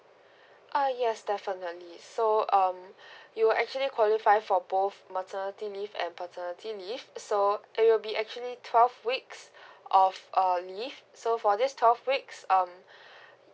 ah yes definitely so um you actually qualify for both maternity leave and paternity leave so it will be actually twelve weeks of err leave so for this twelve weeks um